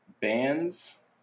Bands